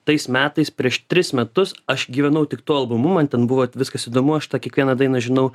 tais metais prieš tris metus aš gyvenau tik tuo albumu man ten buvo viskas įdomu aš tą kiekvieną dainą žinau